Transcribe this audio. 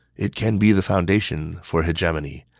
it can be the foundation for hegemony.